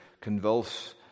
convulse